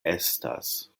estas